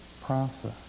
process